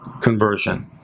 conversion